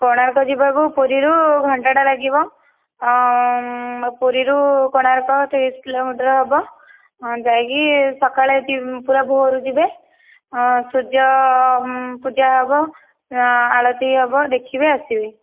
କୋଣାର୍କ ଯିବାକୁ ପୁରୀରୁ ଘଣ୍ଟାଟେ ଲାଗିବ ପୁରୀରୁ କୋଣାର୍କ ତିରିଶ କିଲୋମିଟର ହେବ ଯାଇକି ସକାଳେ ପୁରା ଭୋର୍ ରୁ ଯିବେ ସୂର୍ଯ୍ୟ ପୂଜା ହେବ ଆଳତି ହେବ ଦେଖିବେ ଆସିବେ